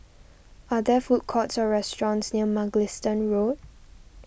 are there food courts or restaurants near Mugliston Road